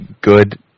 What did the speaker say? good